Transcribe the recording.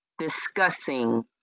discussing